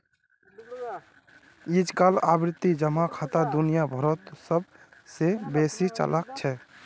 अइजकाल आवर्ती जमा खाता दुनिया भरोत सब स बेसी चलाल छेक